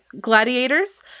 gladiators